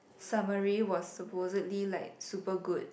summary was supposedly like super good